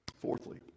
Fourthly